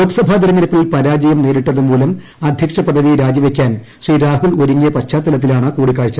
ലോക്സഭ തെരഞ്ഞെടുപ്പിൽ പരാജയം നേരിട്ടതുമൂലം അധ്യക്ഷ പദവി രാജിവെയ്ക്കാൻ ശ്രീ രാഹുൽ ഒരുങ്ങിയ പശ്ചാത്തലത്തിലാണ് കൂടിക്കാഴ്ച